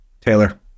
Taylor